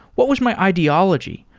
what was my ideology?